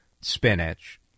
spinach